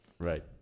right